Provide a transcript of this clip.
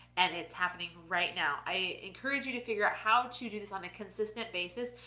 and it's happening right now. i encourage you to figure out how to do this on a consistent basis?